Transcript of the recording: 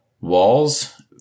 walls